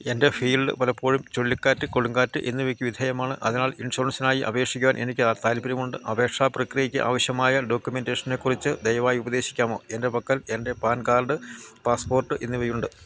എൻ്റെ ഫീൽഡ് പലപ്പോഴും ചുഴലിക്കാറ്റ് കൊടുങ്കാറ്റ് എന്നിവക്ക് വിധേയമാണ് അതിനാൽ ഇൻഷുറൻസിനായി അപേക്ഷിക്കുവാൻ എനിക്ക് താൽപ്പര്യമുണ്ട് അപേക്ഷാ പ്രക്രിയക്ക് ആവശ്യമായ ഡോക്യുമെൻ്റേഷനെക്കുറിച്ച് ദയവായി ഉപദേശിക്കാമോ എൻ്റെ പക്കൽ എൻ്റെ പാൻ കാർഡ് പാസ്പോർട്ട് എന്നിവയുണ്ട്